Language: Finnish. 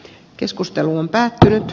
keskustelu on päättynyt